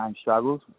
struggles